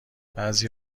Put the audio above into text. بعضی